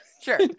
sure